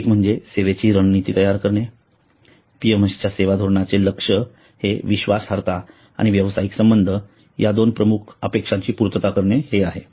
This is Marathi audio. एक म्हणजे सेवेची रणनीती तयार करणे PMS च्या सेवा धोरणाचे लक्ष्य हे विश्वासार्हता आणि व्यावसायिक संबंध या दोन प्रमुख अपेक्षांची पूर्तता करणे हे आहे